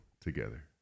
together